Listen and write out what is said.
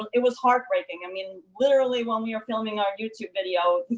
it was heartbreaking i mean literally, when we were filming our youtube video,